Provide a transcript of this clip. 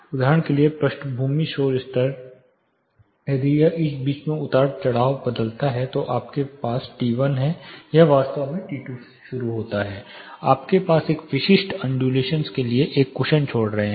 उदाहरण के लिए पृष्ठभूमि शोर स्तर यदि यह इस बीच में उतार चढ़ाव बदलता है तो आपके पास t1 है यह वास्तव में t2 से शुरू होता है क्योंकि आप विशिष्ट अनड्यूलेशंस के लिए एक कुशन छोड़ रहे हैं